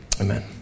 amen